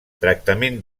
tractament